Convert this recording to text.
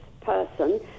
person